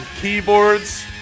keyboards